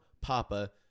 papa